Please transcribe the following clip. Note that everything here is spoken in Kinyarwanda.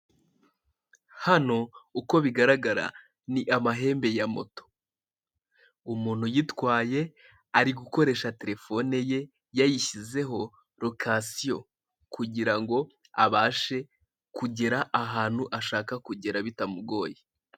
Hano uko bigaragara ni amahembe ya moto umuntu uyitwaye ari gukoresha terefone ye yayishyizeho lokasiyo kugira ngo abashe kugera ahantu ashaka kugera bitamugoye.